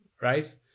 right